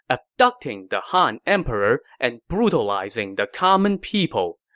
abducting the han emperor and brutalizing the common people.